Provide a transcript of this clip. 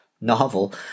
novel